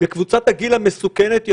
בקבוצת הגיל המסוכנת,